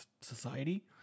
society